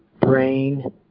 Brain